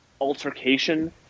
altercation